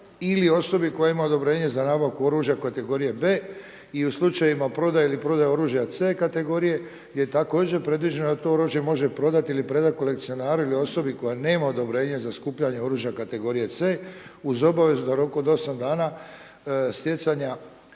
ili osobi koja ima odobrenje za nabavku oružja kategorije B i u slučajevima prodaje ili prodaje oružja C kategorije je također predviđeno da to oružje može prodati ili predati kolekcionaru ili osobi koja nema odobrenje za skupljanje oružja kategorije C uz obavezu da rok od 8 dana stjecanja